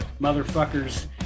motherfuckers